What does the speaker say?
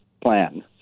plan